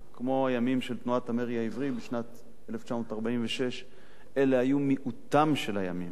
כמו הימים של תנועת המרי העברי בשנת 1946. אלה היו מיעוטם של הימים.